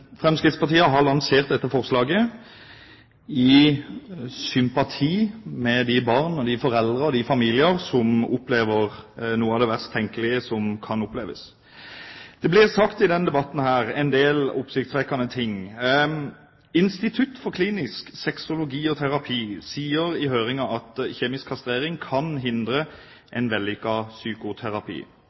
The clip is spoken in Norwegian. foreldre og familier som opplever noe av det verst tenkelige som kan oppleves. Det blir i denne debatten sagt en del oppsiktsvekkende ting. Institutt for klinisk sexologi og terapi sier i høringen at kjemisk kastrering kan hindre en vellykket psykoterapi.